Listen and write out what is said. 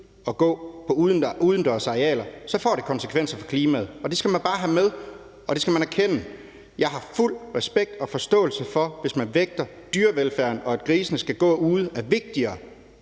at gå på udendørsarealer, får det konsekvenser for klimaet. Det skal man bare have med, og det skal man erkende. Jeg har fuld respekt og forståelse for det, hvis man vægter dyrevelfærden, og at grisene skal gå ude, højere